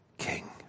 king